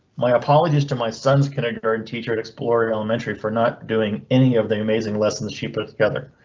my apologies to my sons kindergarten teacher at explorer elementary for not doing any of the amazing lessons she put together.